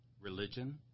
religion